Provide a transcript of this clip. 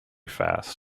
fast